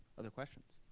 other questions?